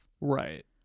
Right